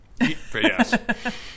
yes